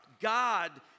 God